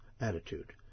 attitude